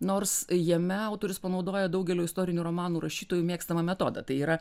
nors jame autorius panaudojo daugelio istorinių romanų rašytojų mėgstamą metodą tai yra